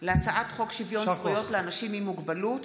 של הצעת חוק שוויון זכויות לאנשים עם מוגבלות